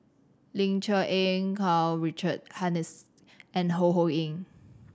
Ling Cher Eng Karl Richard Hanitsch and Ho Ho Ying